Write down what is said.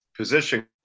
Position